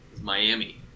Miami